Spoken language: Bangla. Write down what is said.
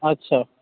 আচ্ছা